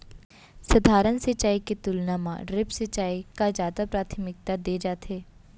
सधारन सिंचाई के तुलना मा ड्रिप सिंचाई का जादा प्राथमिकता दे जाथे